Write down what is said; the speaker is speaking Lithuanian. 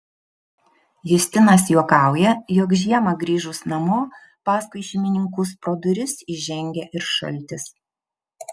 justinas juokauja jog žiemą grįžus namo paskui šeimininkus pro duris įžengia ir šaltis